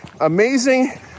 amazing